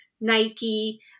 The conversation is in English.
Nike